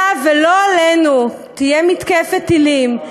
היה ולא עלינו תהיה מתקפת טילים,